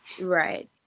right